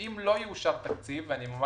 אם לא יאושר תקציב, ואני ממש